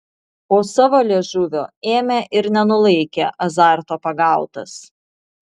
o savo liežuvio ėmė ir nenulaikė azarto pagautas